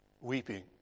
weeping